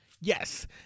Yes